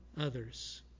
others